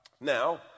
Now